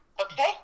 Okay